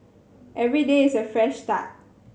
every day is a fresh start